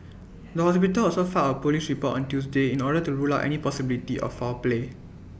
the hospital also filed A Police report on Tuesday in order to rule out any possibility of foul play